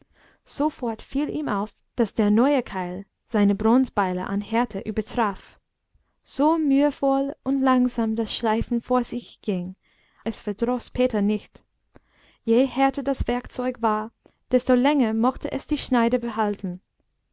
sofort fiel ihm auf daß der neue keil seine bronzebeile an härte übertraf so mühevoll und langsam das schleifen vor sich ging es verdroß peter nicht je härter das werkzeug war desto länger mochte es die schneide behalten